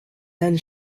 then